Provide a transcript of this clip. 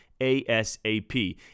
ASAP